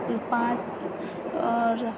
पाँच आओर